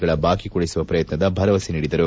ಗಳ ಬಾಕಿ ಕೊಡಿಸುವ ಪ್ರಯತ್ನದ ಭರವಸೆ ನೀಡಿದರು